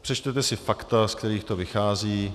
Přečtete si fakta, z kterých to vychází.